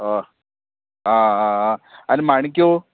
आ आनी माणक्यो